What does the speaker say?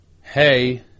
Hey